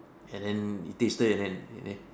and then he tasted it and then